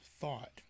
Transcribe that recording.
thought